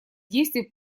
действий